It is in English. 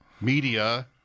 Media